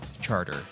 charter